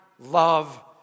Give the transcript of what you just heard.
Love